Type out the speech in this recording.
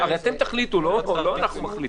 תחליטו, לא אנחנו מחליטים,